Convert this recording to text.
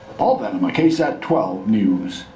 paul venema ksat twelve news.